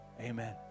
Amen